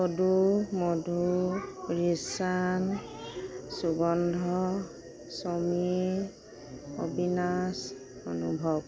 যদু মধু ৰিশ্বান শুভন্ধ চনী অবিনাশ অনুভৱ